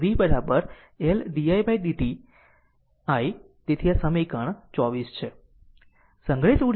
તો v L didt i તેથી આ સમીકરણ 24 છે